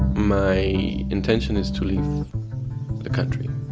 my intention is to leave the country.